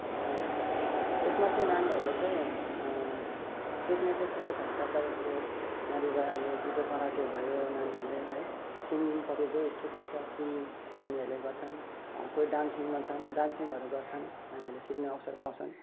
यसमा चाहिँ नानीहरूले चाहिँ सिक्ने चाहिँ के के छ तपाईँको यहाँनिर अहिले जुडो कराटे भयो नानीहरूले है सिङ्गिङपट्टि जो इच्छुक हुन्छ सिङ्गिङ नानीहरूले गर्छन् कोही डान्सिङमा छन् डान्सिङहरू गर्छन् नानीहरूले सिक्ने अवसरहरू पाउँछन्